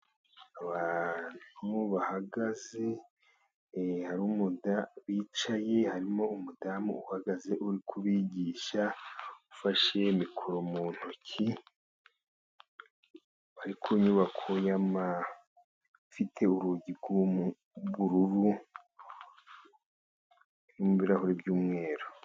Abantu bahagaze hari umudamu uhagaze uri kubigisha ufashe mikoro mu ntoki, bari ku nyubako ifite urugi rw'ubururu n'ibirahure by'umweru.